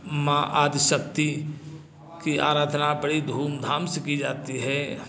माँ आदिशक्ति की आराधना बड़ी धूमधाम से की जाती है